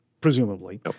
presumably